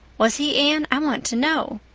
was he, anne, i want to know.